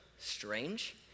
Strange